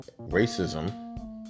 racism